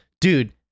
Dude